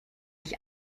ich